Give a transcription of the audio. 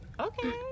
Okay